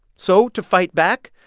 so to fight back,